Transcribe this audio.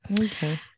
okay